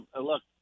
Look